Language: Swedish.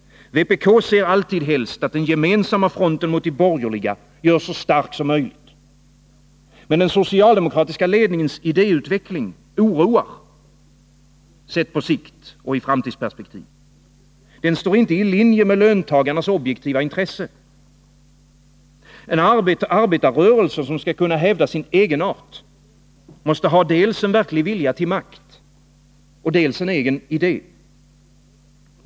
Vpk ser alltid helst att den gemensamma fronten mot de borgerliga görs så stark som möjligt. Men den socialdemokratiska ledningens idéutveckling oroar, sett på sikt och i framtidsperspektiv. Den står inte i linje med löntagarnas objektiva intresse. En arbetarrörelse som skall kunna hävda sin egenart måste ha dels en verklig vilja till makt, dels en egen idé.